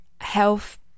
health